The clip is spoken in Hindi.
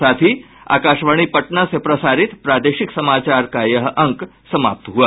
इसके साथ ही आकाशवाणी पटना से प्रसारित प्रादेशिक समाचार का ये अंक समाप्त हुआ